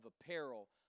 apparel